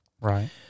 right